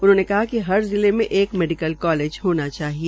उन्होंने कहा कि हर जिले में एक मेडिकल कालेज होना चाहिए